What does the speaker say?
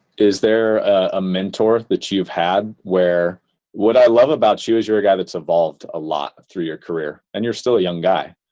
is there a mentor that you've had where what i love about you is you're a guy that's evolved a lot through your career. and you're still a young guy.